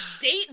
date